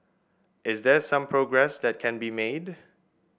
is there some progress that can be made